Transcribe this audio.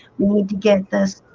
we need to get this